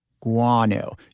Guano